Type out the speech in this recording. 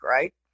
right